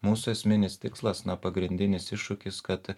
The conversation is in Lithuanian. mūsų esminis tikslas na pagrindinis iššūkis kad